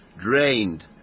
drained